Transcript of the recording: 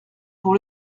pour